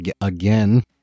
Again